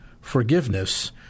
forgiveness